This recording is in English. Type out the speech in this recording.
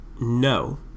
no